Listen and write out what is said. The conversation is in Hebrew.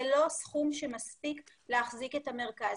זה לא סכום שמספיק להחזיק את המרכז.